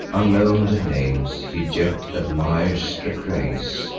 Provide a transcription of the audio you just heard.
unknown the names, he yet admires the grace,